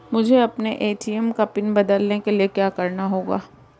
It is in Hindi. मुझे अपने ए.टी.एम का पिन बदलने के लिए क्या करना होगा?